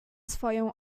swoją